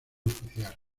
oficial